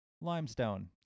Limestone